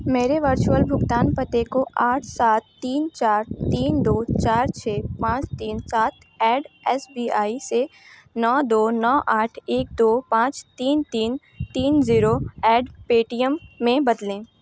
मेरे वर्चुअल भुगतान पते को आठ सात तीन चार तीन दो चार छः पाँच तीन सात एड एस बी आई से नौ दो नौ आठ एक दो पाँच तीन तीन तीन जीरो एड पेटीएम में बदलें